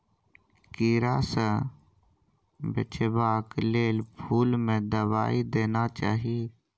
कीड़ा सँ बचेबाक लेल फुल में दवाई देना चाही